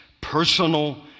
personal